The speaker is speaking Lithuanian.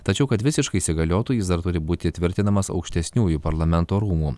tačiau kad visiškai įsigaliotų jis dar turi būti įtvirtinamas aukštesniųjų parlamento rūmų